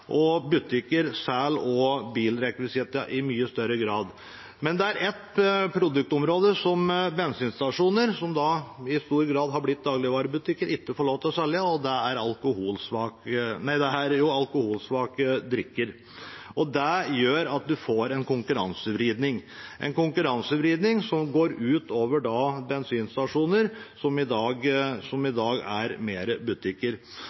og butikker selger bilrekvisita i mye større grad. Men det er ett produktområde som bensinstasjonene, som i stor grad har blitt dagligvarebutikker, ikke får lov til å selge, og det er alkoholsvake drikker. Det gjør at man får en konkurransevridning, en konkurransevridning som går ut over bensinstasjonene, som i dag er mer som